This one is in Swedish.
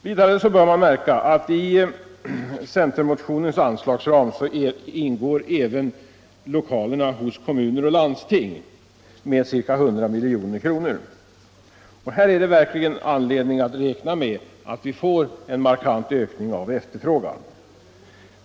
Vidare bör man märka att i centermotionens anslagsram ingår även lokalerna hos kommuner och landsting med ca 100 milj.kr. Det finns verkligen anledning att räkna med att vi här får en markant ökning av efterfrågan.